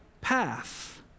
path